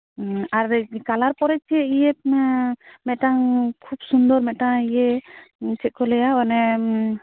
ᱟᱨ ᱠᱟᱞᱟᱨ ᱯᱚᱨᱮ ᱪᱮᱫ ᱢᱮᱫᱴᱟᱝ ᱠᱷᱩᱵ ᱥᱩᱱᱫᱚᱨ ᱢᱮᱫᱴᱟᱝ ᱪᱮᱫ ᱠᱚ ᱞᱟᱹᱭᱟ ᱚᱱᱮ